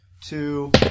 two